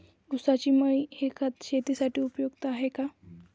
ऊसाची मळी हे खत शेतीसाठी उपयुक्त आहे का?